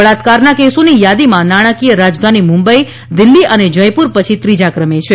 બળાત્કારના કેસોની યાદીમાં નાણાકીય રાજધાની મુંબઈ દિલ્હી અને જયપુર પછી ત્રીજા ક્રમે છે